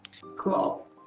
Cool